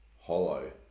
hollow